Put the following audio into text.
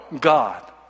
god